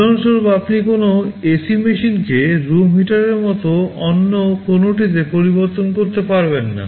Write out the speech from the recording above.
উদাহরণস্বরূপ আপনি কোনও এসি মেশিনকে রুম হিটারের মতো অন্য কোনওটিতে পরিবর্তন করতে পারবেন না